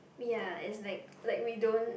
ya it's like like we don't